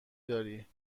داری